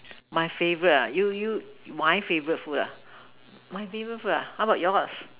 my favourite ah you you my favourite food ah my favourite food ah how about yours